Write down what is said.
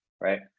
Right